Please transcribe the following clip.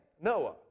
Noah